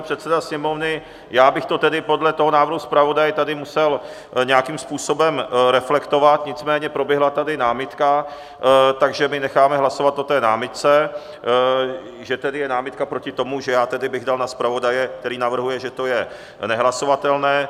Předseda Sněmovny, já bych to tedy podle toho návrhu zpravodaje tady musel nějakým způsobem reflektovat, nicméně proběhla tady námitka, takže my necháme hlasovat o té námitce, že je námitka proti tomu, že já tedy bych dal na zpravodaje, který navrhuje, že to je nehlasovatelné.